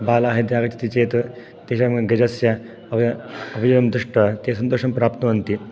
बालाः यदि आगच्छति चेत् तेषां गजस्य अव् अभिवं दिष्टवा ते सन्तोषं प्राप्तुवन्ति